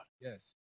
Yes